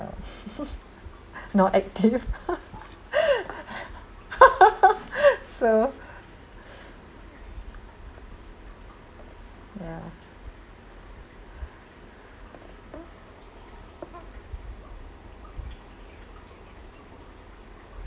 not active so ya